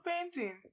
painting